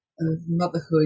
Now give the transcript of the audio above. motherhood